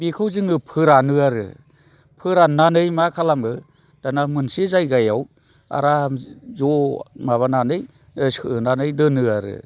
बेखौ जोङो फोरानो आरो फोराननानै मा खालामो दाना मोनसे जायगायाव आराम ज' माबानानै सोनानै दोनो आरो